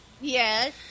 Yes